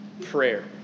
prayer